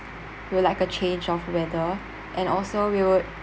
we'll like a change of weather and also we would